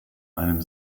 einem